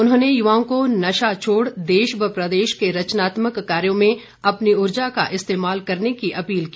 उन्होंने युवाओं को नशा छोड़ देश व प्रदेश के रचनात्मक कार्य में अपनी उर्जा का इस्तेमाल करने की अपील की